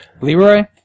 Leroy